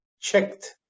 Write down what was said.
checked